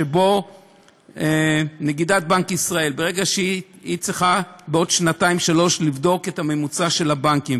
שבו נגידת בנק ישראל צריכה בעוד שנתיים-שלוש לבדוק את הממוצע של הבנקים,